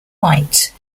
light